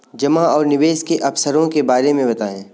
जमा और निवेश के अवसरों के बारे में बताएँ?